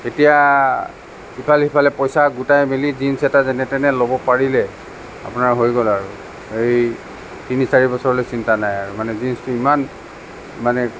তেতিয়া ইফালে সিফালে পইচা গোটাই মেলি জীনছ এটা যেনে তেনে ল'ব পাৰিলে আপোনাৰ হৈ গ'ল আৰু এই তিনি চাৰি বছৰলৈ চিন্তা নাই আৰু মানে জীনছটো ইমান মানে